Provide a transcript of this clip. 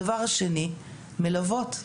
הדבר השני: מלוות.